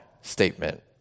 statement